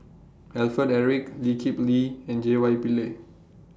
Alfred Eric Lee Kip Lee and J Y Pillay